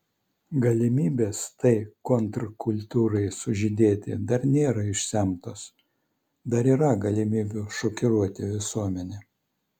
galimybės tai kontrkultūrai sužydėti dar nėra išsemtos dar yra galimybių šokiruoti visuomenę